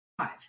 five